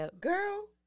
Girl